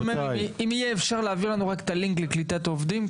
אם אפשר להעביר לנו את הלינק לקליטת עובדים.